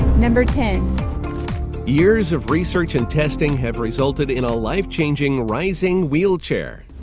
number ten years of research and testing have resulted in a life-changing rising wheelchair,